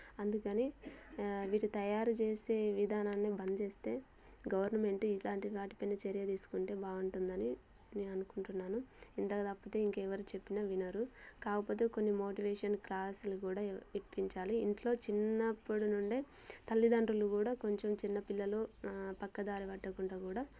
అందుకని వీటి తయారు చేసే విధానాన్ని బంధిస్తే గవర్నమెంటు ఇట్లాంటి వాటిపైన చర్య తీసుకుంటే బాగుంటుందని నేను అనుకుంటున్నాను ఇంతకు తప్పితే ఇంక ఎవరు చెప్పినా వినరు కాపోతే కొన్ని మోటివేషన్ క్లాస్లు కూడా ఇప్పించాలి ఇంట్లో చిన్నప్పుడు నుండే తల్లిదండ్రులు కూడా కొంచెం చిన్న పిల్లలు పక్కదారి పట్టకుండా కూడా